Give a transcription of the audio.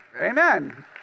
amen